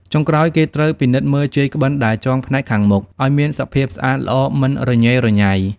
ចុងក្រោយគេត្រូវពិនិត្យមើលជាយក្បិនដែលចងផ្នែកខាងមុខឲ្យមានសភាពស្អាតល្អមិនរញ៉េរញ៉ៃ។